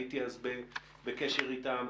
הייתי אז בקשר אתם.